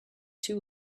two